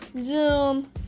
Zoom